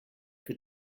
for